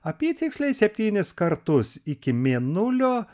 apytiksliai septynis kartus iki mėnulio